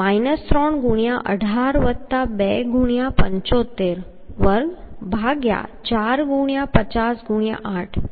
minus 3 ગુણ્યાં 18 વત્તા 2 ગુણ્યાં 75 વર્ગ ભાગ્યા 4 ગુણ્યાં 50 ગુણ્યાં 8